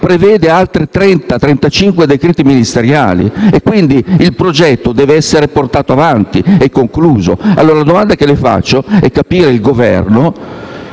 prevede altri 30-35 decreti ministeriali e, quindi, il progetto deve essere portato avanti e concluso. La domanda che le rivolgo, allora - visto